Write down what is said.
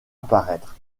apparaître